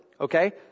Okay